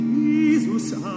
Jesus